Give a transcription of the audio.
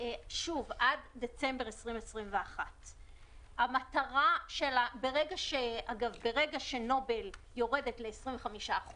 שוב עד דצמבר 2021. ברגע שנובל יורדת ל-25%,